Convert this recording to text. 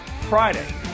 Friday